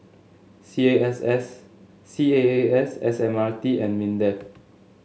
C A S S C A A S S M R T and Mindef